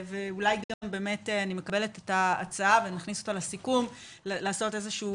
ואני מקבלת את ההצעה אולי לעשות איזשהו